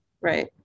Right